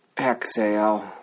Exhale